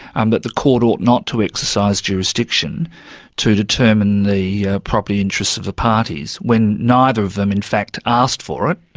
um that the court ought not to exercise jurisdiction to determine the property interests of the parties, when neither of them, in fact, asked for it.